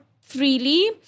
freely